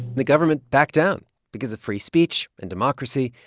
the government backed down because of free speech and democracy.